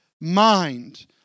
mind